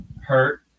hurt